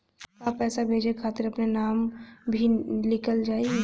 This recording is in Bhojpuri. का पैसा भेजे खातिर अपने नाम भी लिकल जाइ?